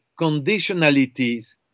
conditionalities